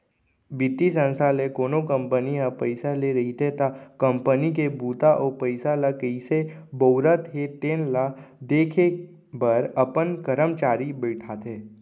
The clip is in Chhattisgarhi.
बित्तीय संस्था ले कोनो कंपनी ह पइसा ले रहिथे त कंपनी के बूता अउ पइसा ल कइसे बउरत हे तेन ल देखे बर अपन करमचारी बइठाथे